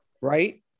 right